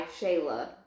shayla